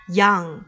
young